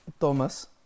Thomas